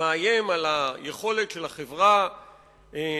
מאיים על היכולת של החברה להתקיים,